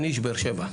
אני איש באר שבע.